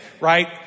right